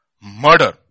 murder